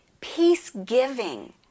peace-giving